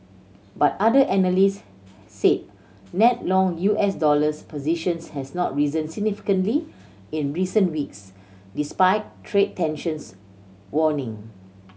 but other analysts said net long U S dollars positions has not risen significantly in recent weeks despite trade tensions warning